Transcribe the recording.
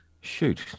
shoot